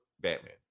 Batman